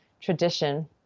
Tradition